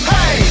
Hey